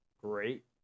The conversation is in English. great